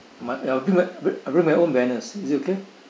my I'll bring my I'll bring my own banners is that okay